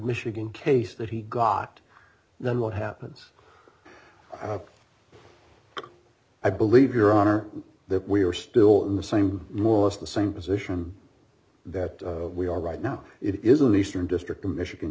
michigan case that he got and then what happens i believe your honor that we are still in the same more or less the same position that we are right now it is an eastern district a michigan